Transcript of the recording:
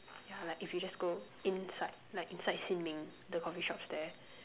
ya like if you just go inside like inside Sin Ming the coffee shops there